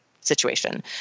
situation